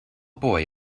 boy